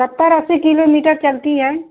सत्तर अस्सी किलोमीटर चलती है